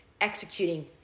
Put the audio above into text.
executing